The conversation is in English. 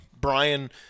Brian